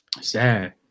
Sad